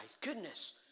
goodness